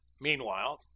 Meanwhile